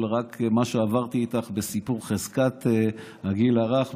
כל מה שעברתי איתך בסיפור חזקת הגיל הרך,